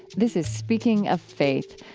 this is speaking of faith,